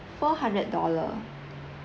four hundred dollar